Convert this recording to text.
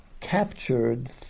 captured